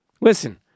Listen